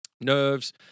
nerves